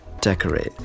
Decorate